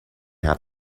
have